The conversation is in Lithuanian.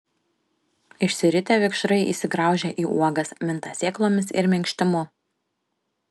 išsiritę vikšrai įsigraužia į uogas minta sėklomis ir minkštimu